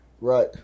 Right